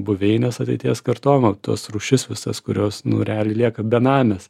buveines ateities kartom va tos rūšis visas kurios nu realiai lieka benamės